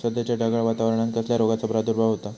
सध्याच्या ढगाळ वातावरणान कसल्या रोगाचो प्रादुर्भाव होता?